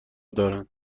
دارند